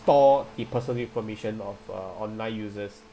store if personal information of uh online users